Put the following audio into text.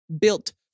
built